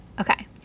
Okay